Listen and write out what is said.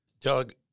Doug